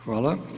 Hvala.